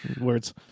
words